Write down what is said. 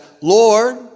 Lord